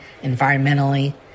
environmentally